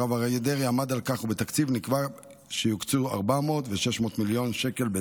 הרב אריה דרעי עמד על כך ובתקציב נקבע שיוקצו 400 מיליון שקל,